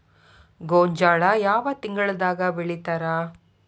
ಗೋಂಜಾಳ ಯಾವ ತಿಂಗಳದಾಗ್ ಬೆಳಿತಾರ?